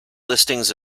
listings